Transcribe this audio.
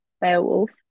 Beowulf